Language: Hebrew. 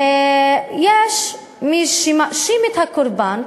ויש מי שמאשים את הקורבן,